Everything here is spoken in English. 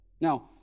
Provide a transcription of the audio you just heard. Now